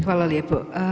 Hvala lijepo.